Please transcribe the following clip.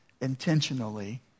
intentionally